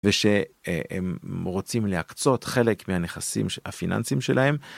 ושהם רוצים להקצות חלק מהנכסים הפיננסיים שלהם.